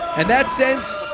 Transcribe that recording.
and that send